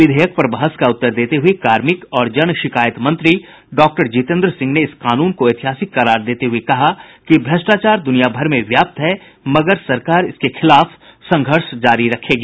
विधेयक पर बहस का उत्तर देते हुए कार्मिक और जन शिकायत मंत्री डॉक्टर जितेन्द्र सिंह ने इस कानून को ऐतिहासिक करार देते हुए कहा कि भ्रष्टाचार द्रनियाभर में व्याप्त है मगर सरकार इसके खिलाफ संघर्ष जारी रखेगी